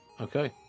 Okay